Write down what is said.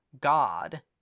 God